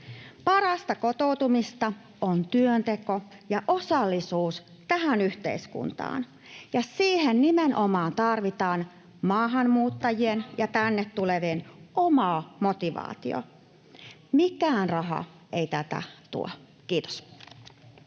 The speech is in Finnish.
Parasta kotoutumista on työnteko ja osallisuus tähän yhteiskuntaan, ja siihen nimenomaan tarvitaan maahanmuuttajien ja tänne tulevien oma motivaatio. Mikään raha ei tätä tuo. — Kiitos.